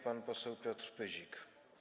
Pan poseł Piotr Pyzik.